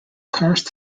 karst